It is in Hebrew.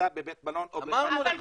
בבית מלון או --- אמרנו לך עשר פעמים.